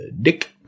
dick